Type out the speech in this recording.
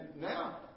now